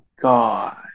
God